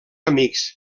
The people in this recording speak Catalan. amics